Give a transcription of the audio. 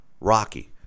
Rocky